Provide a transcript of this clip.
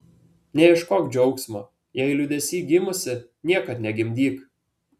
neieškok džiaugsmo jei liūdesy gimusi niekad negimdyk